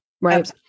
right